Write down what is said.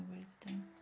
wisdom